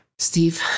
Steve